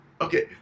Okay